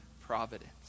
providence